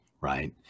right